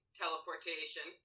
teleportation